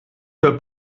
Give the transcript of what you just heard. für